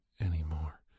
anymore